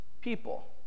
people